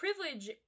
privilege